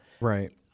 Right